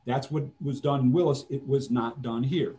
that's what was done willis it was not done here